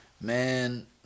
man